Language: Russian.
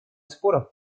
споров